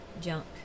junk